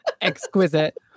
exquisite